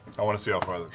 i want to see how far